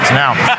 now